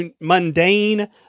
mundane